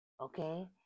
okay